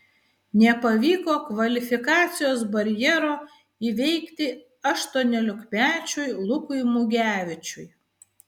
nepavyko kvalifikacijos barjero įveikti aštuoniolikmečiui lukui mugevičiui